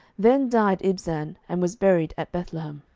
then died ibzan, and was buried at bethlehem.